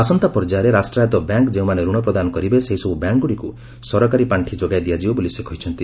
ଆସନ୍ତା ପର୍ଯ୍ୟାୟରେ ରାଷ୍ଟ୍ରାୟତ ବ୍ୟାଙ୍କ୍ ଯେଉଁମାନେ ଋଣ ପ୍ରଦାନ କରିବେ ସେହିସବୁ ବ୍ୟାଙ୍କ୍ଗୁଡ଼ିକୁ ସରକାରୀ ପାର୍ଷି ଯୋଗାଇ ଦିଆଯିବ ବୋଲି ସେ କହିଛନ୍ତି